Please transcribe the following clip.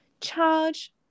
charge